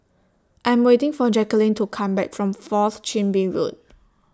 I'm waiting For Jaquelin to Come Back from Fourth Chin Bee Road